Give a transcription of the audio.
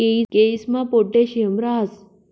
केयीसमा पोटॅशियम राहस